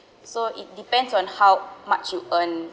so it depends on how much you earn